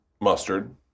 mustard